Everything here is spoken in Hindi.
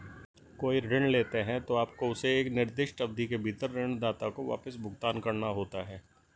कोई ऋण लेते हैं, तो आपको उसे एक निर्दिष्ट अवधि के भीतर ऋणदाता को वापस भुगतान करना होता है